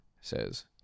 says